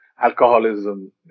alcoholism